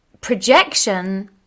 projection